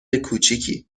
کوچیکی